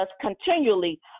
continually